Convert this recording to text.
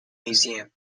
museum